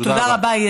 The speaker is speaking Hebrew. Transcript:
תודה רבה.